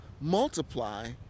multiply